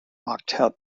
octet